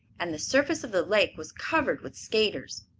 and the surface of the lake was covered with skaters.